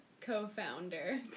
Co-founder